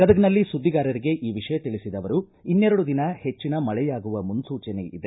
ಗದಗನಲ್ಲಿ ಸುದ್ದಿಗಾರರಿಗೆ ಈ ವಿಷಯ ತಿಳಿಸಿದ ಅವರು ಇನ್ನೆರಡು ದಿನ ಹೆಚ್ಚನ ಮಳೆಯಾಗುವ ಮುನ್ನೂಚನೆ ಇದೆ